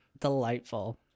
Delightful